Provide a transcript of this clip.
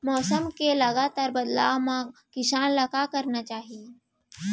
मौसम के लगातार बदलाव मा किसान ला का करना चाही?